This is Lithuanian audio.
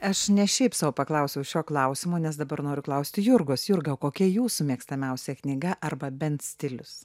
aš ne šiaip sau paklausiau šio klausimo nes dabar noriu klausti jurgos jurga kokia jūsų mėgstamiausia knyga arba bent stilius